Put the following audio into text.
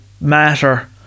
matter